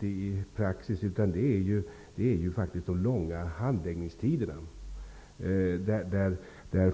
i praxis, utan det är de långa handläggningstiderna.